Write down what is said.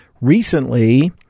Recently